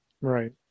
Right